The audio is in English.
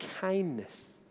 kindness